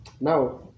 Now